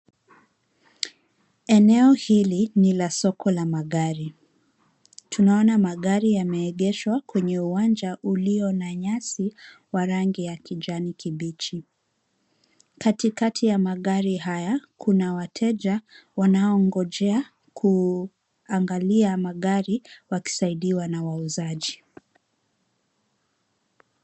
Eneo hili ni la soko la magari. Tunaona magari yameegeshwa kwenye uwanja ulio na nyasi wa rangi ya kijani kibichi. Katikati ya magari haya, kuna wateja wanaoongojea kuangalia magari wakisaidiwa na wauzaji.